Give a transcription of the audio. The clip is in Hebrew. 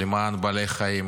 למען בעלי חיים